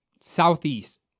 southeast